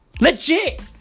Legit